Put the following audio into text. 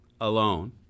alone